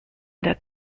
der